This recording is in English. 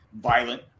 violent